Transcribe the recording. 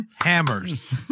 hammers